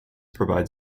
provide